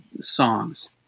songs